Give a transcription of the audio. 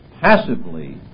passively